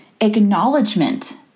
acknowledgement